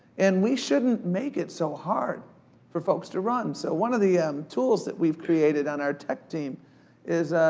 and we shouldn't make it so hard for folks to run. so one of the tools that we've created on our tech team is,